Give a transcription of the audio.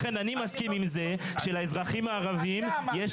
לכן אני מסכים עם זה שלאזרחים הערבים יש